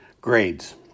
grades